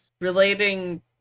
relating